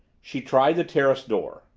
she tried the terrace door.